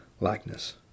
likeness